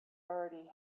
already